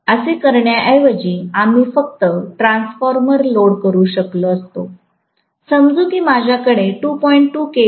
असे करण्या ऐवजी आम्ही फक्त ट्रान्सफॉर्मर लोड करू शकलो असतो समजू की माझ्याकडे 2